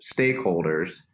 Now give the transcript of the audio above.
stakeholders